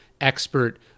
expert